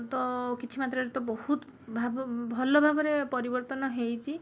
ତ କିଛି ମାତ୍ରାରେ ତ ବହୁତ ଭାବ ଭଲ ଭାବରେ ପରିବର୍ତ୍ତନ ହେଇଛି